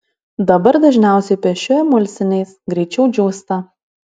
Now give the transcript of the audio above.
dabar dažniausiai piešiu emulsiniais greičiau džiūsta